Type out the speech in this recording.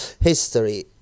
history